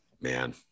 Man